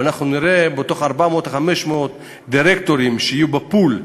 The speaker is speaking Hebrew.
ואנחנו נראה בתוך 400 500 דירקטורים שיהיו ב"פול",